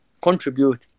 Contribute